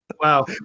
Wow